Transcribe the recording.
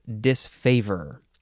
disfavor